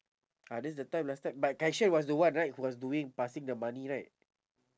ah that's the time last time but kai xuan was the one right who was doing passing the money right